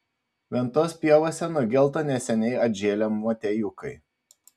ventos pievose nugelto neseniai atžėlę motiejukai